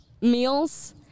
meals